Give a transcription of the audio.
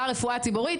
ברפואה הציבורית,